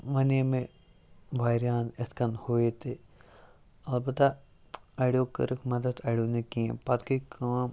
وَنے مےٚ واریاہَن یِتھ کٔنۍ ہُو یہِ تہِ البتہ اَڑیٚو کٔرٕکھ مدد اَڑیٚو نہٕ کیٚنٛہہ پَتہٕ گٔے کٲم